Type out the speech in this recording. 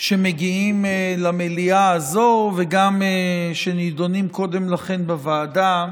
שמגיעים למליאה הזו וגם שנדונים קודם לכן בוועדה,